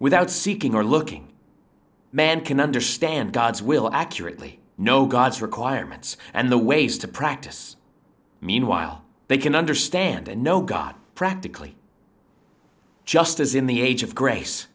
without seeking or looking man can understand god's will accurately know god's requirements and the ways to practice meanwhile they can understand and know god practically just as in the age of grace